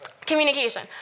Communication